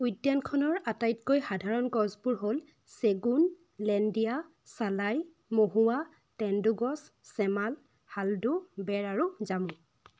উদ্যানখনৰ আটাইতকৈ সাধাৰণ গছবোৰ হ'ল চেগুন লেণ্ডিয়া চালাই মহুৱা তেন্দুগছ ছেমাল হালডু বেৰ আৰু জামু